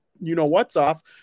you-know-what's-off